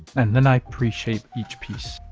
and then i pre-shape each piece.